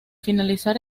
finalizar